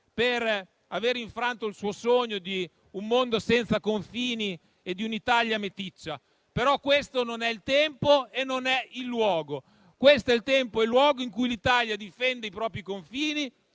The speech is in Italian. per aver infranto il suo sogno di un mondo senza confini e di un'Italia meticcia, però questo non è il tempo e non è il luogo. Questo è il tempo e luogo in cui in Italia difende i propri confini.